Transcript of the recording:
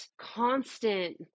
constant